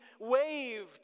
waved